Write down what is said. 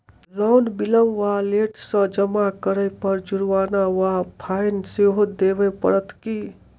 Loan विलंब वा late सँ जमा करै पर जुर्माना वा फाइन सेहो देबै पड़त की?